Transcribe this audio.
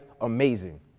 amazing